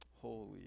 holy